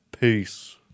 Peace